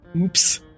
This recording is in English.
Oops